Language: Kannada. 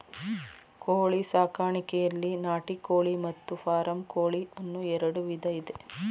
ಕೋಳಿ ಸಾಕಾಣಿಕೆಯಲ್ಲಿ ನಾಟಿ ಕೋಳಿ ಮತ್ತು ಫಾರಂ ಕೋಳಿ ಅನ್ನೂ ಎರಡು ವಿಧ ಇದೆ